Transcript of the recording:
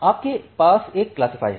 आपके पास एक क्लासिफाय है